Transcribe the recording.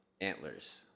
antlers